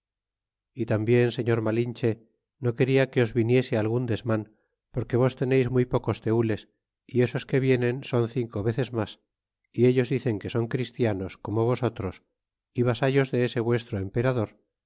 e tambien señor malinche no quena que os viniese algun desman porque vos teneis muy pocos tenles y esos que vienen son cinco veces mas é ellos dicen que son christianos como vosotros é vasallos de ese vuestro emperador